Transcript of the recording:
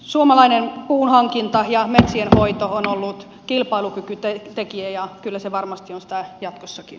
suomalainen puunhankinta ja metsienhoito on ollut kilpailukykytekijä ja kyllä se varmasti on sitä jatkossakin